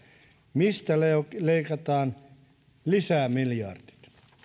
mistä leikataan lisämiljardit